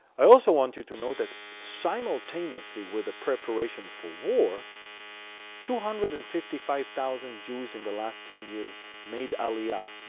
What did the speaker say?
i also want you to know that simultaneously with the preparation for war two hundred and fifty five thousand jews in the last ten years made aaliyah,